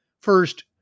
First